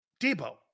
Debo